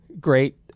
great